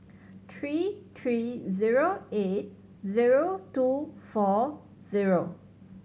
three three zero eight zero two four zero